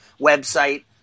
website